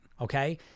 okay